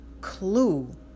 clue